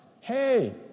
hey